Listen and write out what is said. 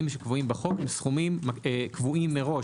שקבועים בחוק הם סכומים קבועים מראש,